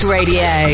Radio